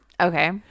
Okay